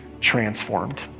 transformed